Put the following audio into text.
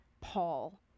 Paul